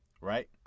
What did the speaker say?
right